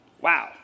Wow